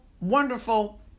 wonderful